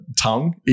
tongue